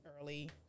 early